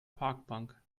parkbank